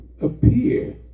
appear